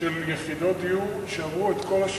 של יחידות דיור שעברו את כל השלבים.